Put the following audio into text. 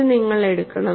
ഇത് നിങ്ങൾ എടുക്കണം